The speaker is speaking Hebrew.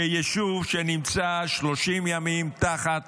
שיישוב שנמצא 30 ימים תחת